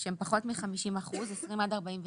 שהם פחות מ-50 אחוזים, 20 עד 49 אחוזים,